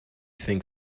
think